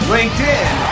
LinkedIn